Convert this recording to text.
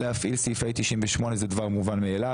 להפעיל סעיפי 98 זה דבר מובן מאליו,